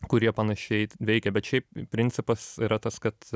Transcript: kurie panašiai t veikia bet šiaip principas yra tas kad